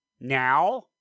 Now